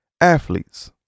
athletes